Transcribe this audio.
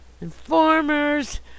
Informers